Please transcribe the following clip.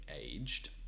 aged